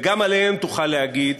וגם עליהם תוכל להגיד: